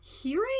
hearing